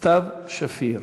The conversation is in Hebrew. סתיו שפיר,